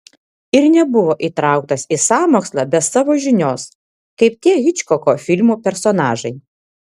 ir nebuvo įtrauktas į sąmokslą be savo žinios kaip tie hičkoko filmų personažai